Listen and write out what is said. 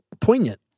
poignant